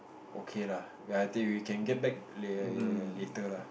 okay lah I think we can get back la~ later lah